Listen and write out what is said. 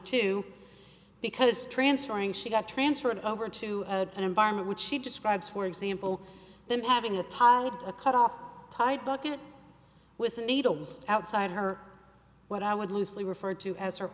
two because transferring she got transferred over to an environment which she describes for example then having a toddler cut off tied bucket with a needle was outside her what i would loosely refer to as her